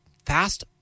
fast